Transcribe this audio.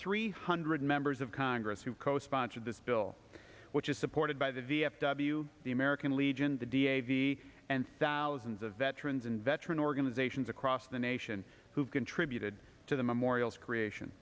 three hundred members of congress who co sponsored this bill which is supported by the v f w the american legion the da v and thousands of veterans and veterans organizations across the nation who've contributed to the memorials creation